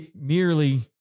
merely